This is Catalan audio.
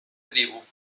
tribu